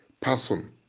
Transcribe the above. person